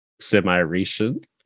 Semi-recent